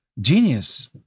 genius